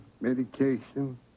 medication